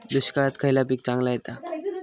दुष्काळात खयला पीक चांगला येता?